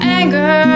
anger